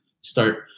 start